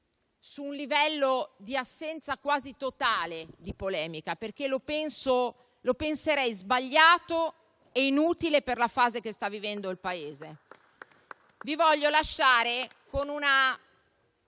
su un livello di assenza quasi totale di polemica, perché lo penserei sbagliato e inutile per la fase che sta vivendo il Paese, con una